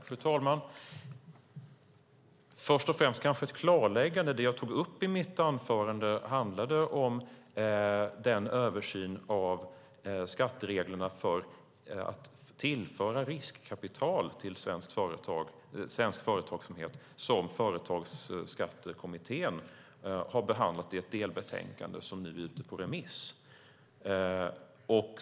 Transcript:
Fru talman! Låt mig först och främst komma med ett klarläggande. Det jag tog upp i mitt anförande handlade om den översyn av skattereglerna för att tillföra riskkapital till svensk företagsamhet som Företagsskattekommittén har behandlat i ett delbetänkande som nu är ute på remiss.